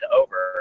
over